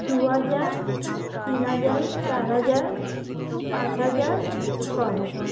দুহাজার তিন হাজার চার হাজার পাঁচ হাজার ছহাজার